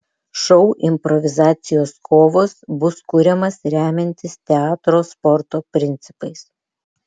šou improvizacijos kovos bus kuriamas remiantis teatro sporto principais